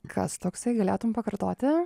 kas toksai galėtum pakartoti